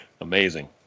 Amazing